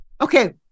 Okay